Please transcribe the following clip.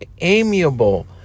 amiable